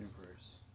universe